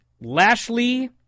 Lashley